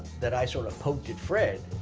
that i sort of poked at fred,